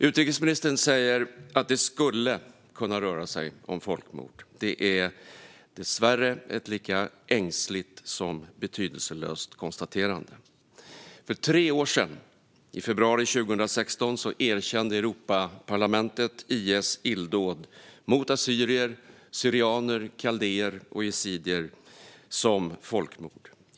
Utrikesministern säger att det skulle kunna röra sig om folkmord. Det är dessvärre ett lika ängsligt som betydelselöst konstaterande. För tre år sedan, i februari 2016, erkände Europaparlamentet IS illdåd mot assyrier, syrianer, kaldéer och yazidier som folkmord.